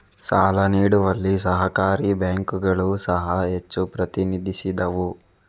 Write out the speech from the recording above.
ಸಾಲ ನೀಡುವಲ್ಲಿ ಸಹಕಾರಿ ಬ್ಯಾಂಕುಗಳು ಸಹ ಹೆಚ್ಚು ಪ್ರತಿನಿಧಿಸಿದವು